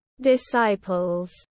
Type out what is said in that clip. Disciples